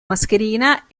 mascherina